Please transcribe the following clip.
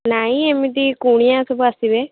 ନାହିଁ ଏମିତି କୁଣିଆ ସବୁ ଆସିବେ